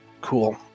Cool